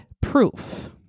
proof